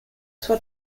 sua